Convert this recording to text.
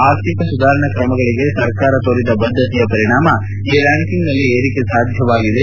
ಆರ್ಥಿಕ ಸುಧಾರಣಾ ಕ್ರಮಗಳಿಗೆ ಸರ್ಕಾರ ತೋರಿದ ಬದ್ದತೆಯ ಪರಿಣಾಮ ಈ ರ್ನಾಂಕಿಂಗ್ನಲ್ಲಿ ಏರಿಕೆ ಸಾಧ್ಯವಾಗಿದೆ